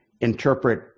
interpret